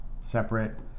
separate